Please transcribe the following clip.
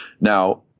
Now